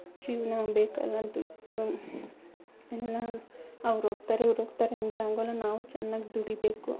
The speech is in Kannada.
ಜೀವನ ಬೇಕಲ್ಲ ದುಡ್ಡು ಇಲ್ಲಾ ಅವ್ರು ಹೋಗ್ತಾರೆ ಇವ್ರು ಹೋಗ್ತಾರೆ ಅಂದರೆ ಆಗೊಲ್ಲ ನಾವು ಚೆನ್ನಾಗ್ ದುಡಿಬೇಕು